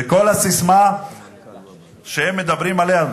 וכל הססמה שהם מדברים עליה,